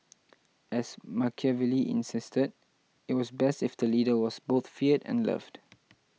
as Machiavelli insisted it was best if the leader was both feared and loved